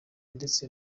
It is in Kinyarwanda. ndetse